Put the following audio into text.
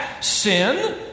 Sin